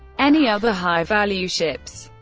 any other high value ships.